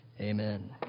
Amen